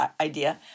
idea